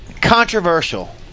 controversial